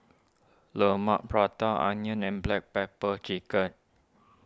Lemang Prata Onion and Black Pepper Chicken